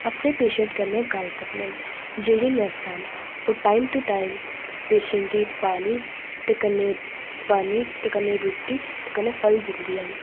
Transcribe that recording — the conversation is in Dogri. अपने पेशैंट कन्नै गल्ल करदे न जेहड़ी नर्सां न ओह् टाइम टू टाइम पेशैंट गी पानी ते कन्नै पानी ते कन्नै रुट्टी ते कन्नै फल दिंदी ना